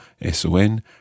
S-O-N